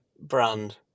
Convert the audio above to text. brand